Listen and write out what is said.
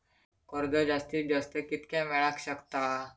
कर्ज जास्तीत जास्त कितक्या मेळाक शकता?